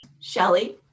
Shelly